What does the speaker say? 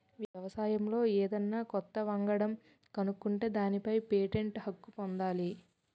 వ్యవసాయంలో ఏదన్నా కొత్త వంగడం కనుక్కుంటే దానిపై పేటెంట్ హక్కు పొందాలి